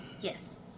Yes